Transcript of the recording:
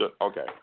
Okay